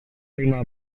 lima